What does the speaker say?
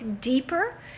deeper